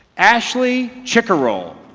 ashley chickerol